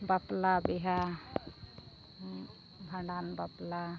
ᱵᱟᱯᱞᱟ ᱵᱤᱦᱟᱹ ᱵᱷᱟᱸᱰᱟᱱ ᱵᱟᱯᱞᱟ